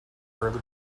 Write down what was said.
early